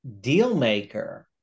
Dealmaker